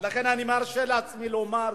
לכן אני מרשה לעצמי לומר זאת.